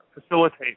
facilitate